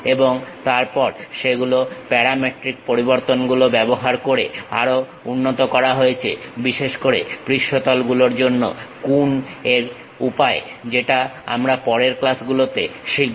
এবং তারপর সেগুলো প্যারামেট্রিক পরিবর্তনগুলো ব্যবহার করে আরো উন্নত করা হয়েছে বিশেষ করে পৃষ্ঠতল গুলোর জন্য কুন এর উপায় যেটা আমরা পরের ক্লাসগুলোতে শিখব